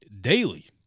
daily